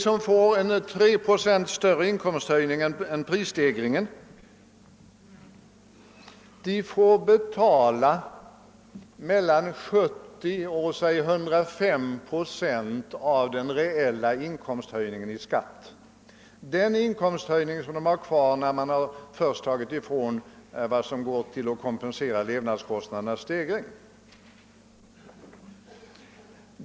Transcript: De som får en 3 procent större inkomsthöjning än prisstegringen får betala mellan ca 70 och ca 105 procent av den reella inkomsthöjningen i skatt — alltså om man ser till den inkomsthöjning en person har kvar när han först från inkomsthöjningen dragit det belopp som gått åt för att kompensera levnadskostnadsstegringen.